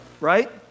right